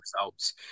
results